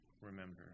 remember